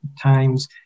times